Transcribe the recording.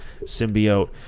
symbiote